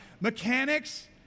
mechanics